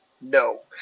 no